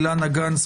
אילנה גנס,